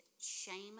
shame